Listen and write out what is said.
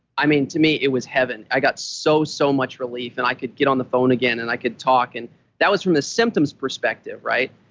i mean, to me, it was heaven. i got so, so much relief, and i could get on the phone again, and i could talk. and that was from the symptoms perspective, right?